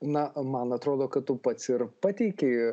na o man atrodo kad tu pats ir pateikei